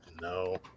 No